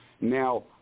Now